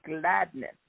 gladness